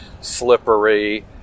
slippery